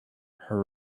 her